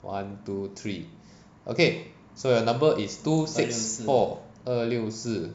one two three okay so your number is two six four 二六四